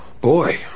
boy